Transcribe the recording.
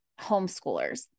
homeschoolers